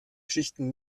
schichten